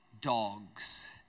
Dogs